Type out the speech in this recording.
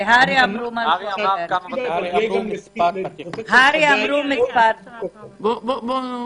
אמרתי שאנחנו יוצאים לדרך עם משהו ראשוני ובנוסף נצטרף למודלים שמציעה